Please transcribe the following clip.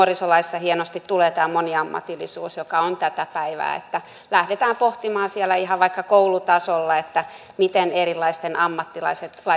nuorisolaissa hienosti tulee moniammatillisuus joka on tätä päivää että lähdetään pohtimaan siellä ihan vaikka koulutasolla miten erilaisten ammattilaisten